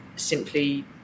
simply